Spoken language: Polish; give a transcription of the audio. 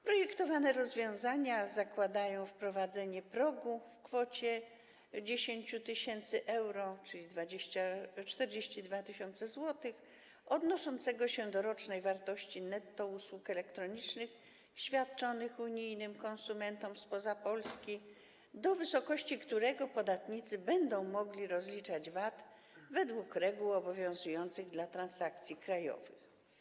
Projektowane rozwiązania zakładają wprowadzenie progu w kwocie 10 tys. euro, czyli 42 tys. zł, odnoszącego się do rocznej wartości netto usług elektronicznych świadczonych unijnym konsumentom spoza Polski, do wysokości którego podatnicy będą mogli rozliczać VAT według reguł obowiązujących dla transakcji krajowych.